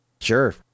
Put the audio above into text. Sure